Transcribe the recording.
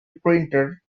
printer